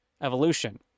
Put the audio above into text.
evolution